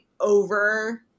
over